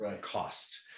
cost